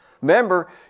Remember